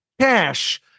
cash